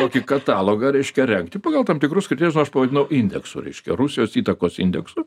kokį katalogą reiškia rengti pagal tam tikrus kriterijus aš pavadinau indeksu reiškia rusijos įtakos indeksu